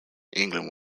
england